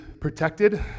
protected